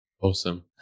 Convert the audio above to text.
Awesome